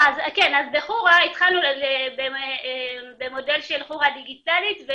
אז בחורה התחלנו במודל של חורה דיגיטלית,